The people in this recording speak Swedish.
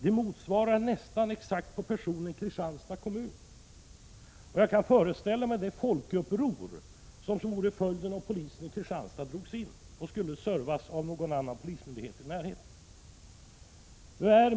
Detta motsvarar nästan exakt antalet invånare i Kristianstads kommun, och jag kan föreställa mig det folkuppror som skulle bli följden om polisen i Kristianstad drogs in och kommunen skulle få service från någon annan polismyndighet i närheten.